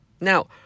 Now